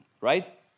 Right